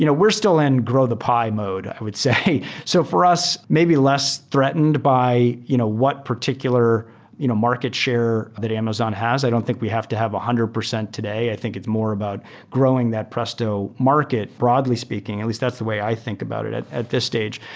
you know we're still in grow the pie mode, i would say. so for us, maybe less threatened by you know what particular you know market share that amazon has. i don't think we have to have one hundred percent today. i think it's more about growing that presto market broadly speaking. at least that's the way i think about it it at this stage.